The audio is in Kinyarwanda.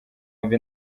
wumve